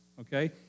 okay